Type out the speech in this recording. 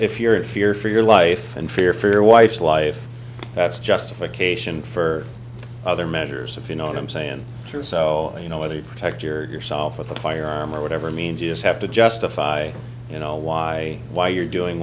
if you're in fear for your life and fear for your wife's life that's justification for other measures if you know what i'm saying is true so you know whether you protect yourself with a firearm or whatever means you just have to justify you know why why you're doing